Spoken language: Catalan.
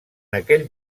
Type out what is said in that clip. aquell